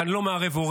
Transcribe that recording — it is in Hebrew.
כי אני לא מערב הורים,